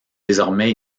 désormais